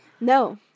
No